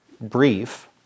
brief